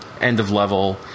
end-of-level